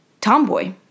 tomboy